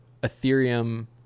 ethereum